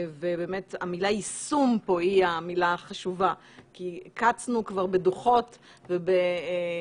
המילה יישום פה היא המילה החשובה כי קצנו כבר בדוחות ובמילים,